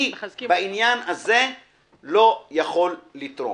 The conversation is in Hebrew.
אני בעניין הזה לא יכול לתרום.